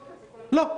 לא,